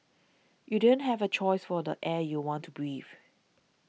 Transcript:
you don't have a choice for the air you want to breathe